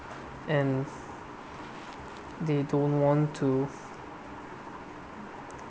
and they don't want to